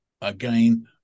again